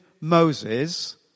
Moses